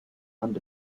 and